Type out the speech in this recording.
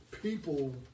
people